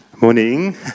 morning